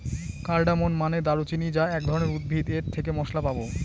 cardamom মানে দারুচিনি যা এক ধরনের উদ্ভিদ এর থেকে মসলা পাবো